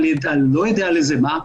אני לא יודע על מה.